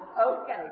Okay